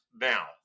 now